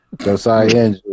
Josiah